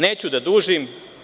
Neću da dužim.